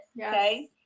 okay